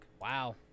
Wow